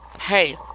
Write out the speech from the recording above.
hey